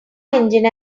engine